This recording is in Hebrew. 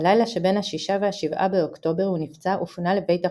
בלילה שבין ה-6 וה-7 באוקטובר הוא נפצע ופונה לבית החולים,